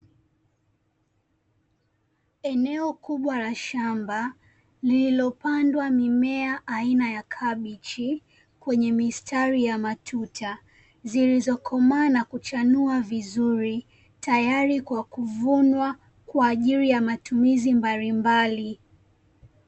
Eneo kubwa la shamba lililopandwa mimea aina ya kabichi kwenye mistari ya matuta, zilizokomaa na kuchanua vizuri, tayari kwa kuvunwa kwa ajili ya matumizi mbalimbali.